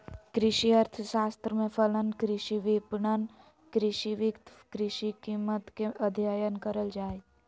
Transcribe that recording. कृषि अर्थशास्त्र में फलन, कृषि विपणन, कृषि वित्त, कृषि कीमत के अधययन करल जा हइ